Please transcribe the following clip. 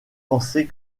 pensait